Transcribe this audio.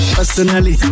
Personally